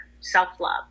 self-love